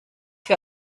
für